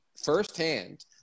firsthand